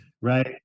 Right